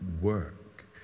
work